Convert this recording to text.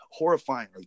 horrifyingly